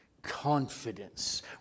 Confidence